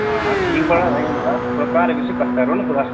आं ठीक पढ़ा इं'या मुड़ा तुस घर बी कस्सा करो निं उसी थोह्ड़ा